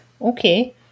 Okay